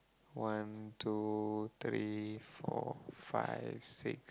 one two three four five six